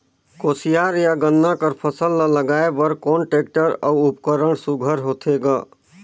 कोशियार या गन्ना कर फसल ल लगाय बर कोन टेक्टर अउ उपकरण सुघ्घर होथे ग?